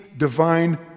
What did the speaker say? divine